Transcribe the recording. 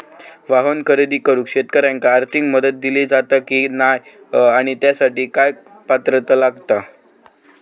वाहन खरेदी करूक शेतकऱ्यांका आर्थिक मदत दिली जाता की नाय आणि त्यासाठी काय पात्रता लागता?